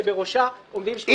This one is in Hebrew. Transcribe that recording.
שבראשה עומדים שלושה שופטים.